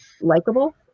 likable